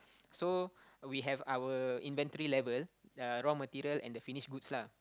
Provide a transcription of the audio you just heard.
so we have our inventory level uh raw material and the finished goods lah